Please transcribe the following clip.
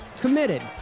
committed